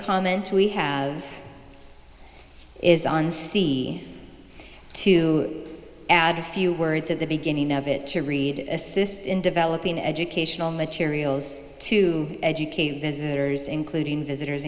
comment we have is on c to add a few words of the beginning of it to read assist in developing educational materials to educate visitors including visitors